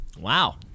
Wow